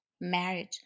marriage